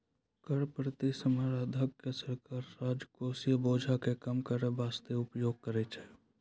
कर प्रतिस्पर्धा के सरकार राजकोषीय बोझ के कम करै बासते उपयोग करै छै